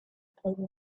playing